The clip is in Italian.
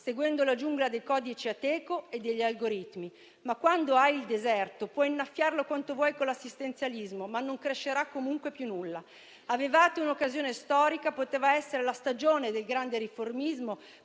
seguendo la giungla dei codici Ateco e degli algoritmi. Quando hai il deserto, puoi innaffiarlo quanto vuoi con l'assistenzialismo, ma non crescerà comunque più nulla. Avevate un'occasione storica, poteva essere la stagione del grande riformismo,